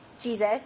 Jesus